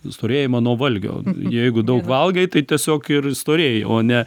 storėjama nuo valgio jeigu daug valgai tai tiesiog ir išstorėjai o ne